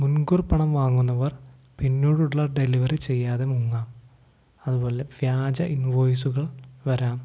മുൻകൂർപ്പണം വാങ്ങുന്നവർ പിന്നീടുള്ള ഡെലിവറി ചെയ്യാതെ മുങ്ങാം അതുപോലെ വ്യാജ ഇൻവോയ്സുകൾ വരാം